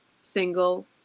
single